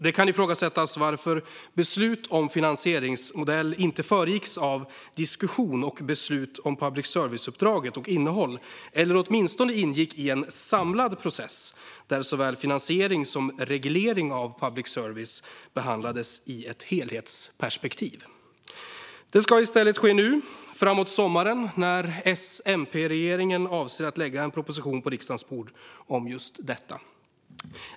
Det kan ifrågasättas varför beslut om finansieringsmodell inte föregicks av diskussion och beslut om public service-uppdraget och innehållet. Det borde åtminstone ha ingått i en samlad process, där såväl finansiering som reglering av public service behandlades i ett helhetsperspektiv. Detta ska i stället ske nu, framåt sommaren, när S-MP-regeringen avser att lägga en proposition på riksdagens bord om just detta.